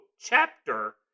chapter